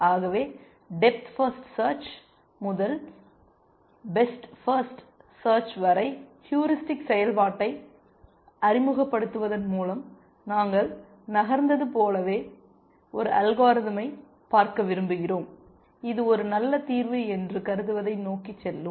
ஆகவே depth first search முதல் best first search வரை ஹூரிஸ்டிக் செயல்பாட்டை அறிமுகப்படுத்துவதன் மூலம் நாங்கள் நகர்ந்தது போலவே ஒரு அல்காரிதமை பார்க்க விரும்புகிறோம் இது ஒரு நல்ல தீர்வு என்று கருதுவதை நோக்கி செல்லும்